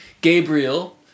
Gabriel